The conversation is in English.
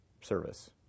service